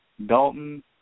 Dalton